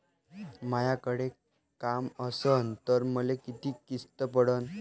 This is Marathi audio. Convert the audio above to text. मायाकडे काम असन तर मले किती किस्त पडन?